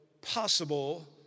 possible